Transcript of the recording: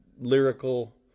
lyrical